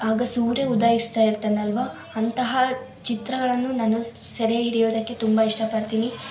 ಆಗ ಸೂರ್ಯ ಉದಯಿಸ್ತಾ ಇರ್ತಾನಲ್ವಾ ಅಂತಹ ಚಿತ್ರಗಳನ್ನು ನಾನು ಸೆರೆ ಹಿಡಿಯೋದಕ್ಕೆ ತುಂಬ ಇಷ್ಟ ಪಡ್ತೀನಿ